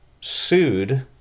sued